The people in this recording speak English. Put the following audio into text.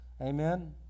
Amen